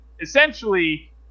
essentially